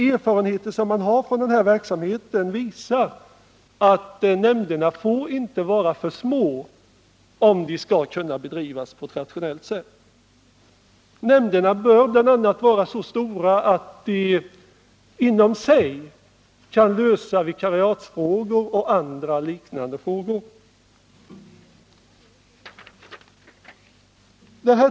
Erfarenheter från denna verksamhet visar att nämnderna inte får vara för små, om de skall kunna bedriva verksamheten rationellt. Nämnderna bör bl.a. vara så stora att de inom sig kan lösa vikariatsfrågor och andra liknande frågor.